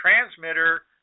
transmitter